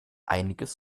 einiges